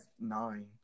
nine